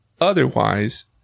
otherwise